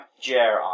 Jer